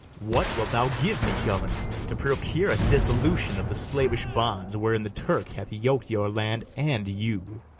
what wilt thou give me, governor, to procure a dissolution of the slavish bands wherein the turk hath yok'd your land and you?